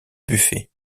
buffet